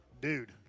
dude